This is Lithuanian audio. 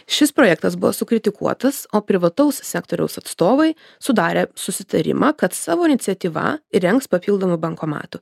šis projektas buvo sukritikuotas o privataus sektoriaus atstovai sudarė susitarimą kad savo iniciatyva įrengs papildomų bankomatų